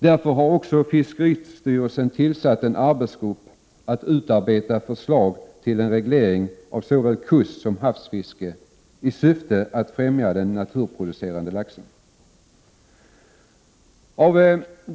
Därför har också fiskeristyrelsen tillsatt en arbetsgrupp för att utarbeta förslag till en reglering av såväl kustsom havsfiske i syfte att främja den naturproducerade laxen.